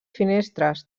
finestres